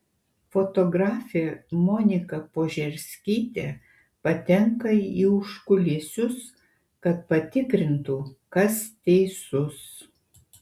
fotografė monika požerskytė patenka į užkulisius kad patikrintų kas teisus